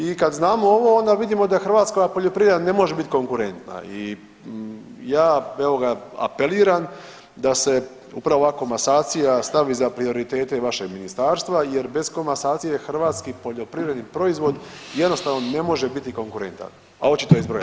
I kad znamo ovo onda vidimo da hrvatska poljoprivreda ne može bit konkurentna i ja evo ga apeliram da se upravo ova komasacija stavi za prioritete vašeg ministarstva jer bez komasacije hrvatski poljoprivredni proizvod jednostavno ne može biti konkurentan, a očito je iz brojaka.